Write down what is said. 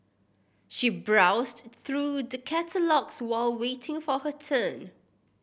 she browsed through the catalogues while waiting for her turn